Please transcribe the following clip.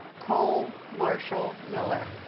cole marshall miller